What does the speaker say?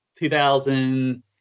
2000